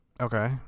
Okay